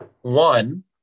one